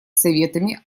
советами